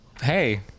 Hey